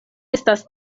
estas